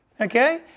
okay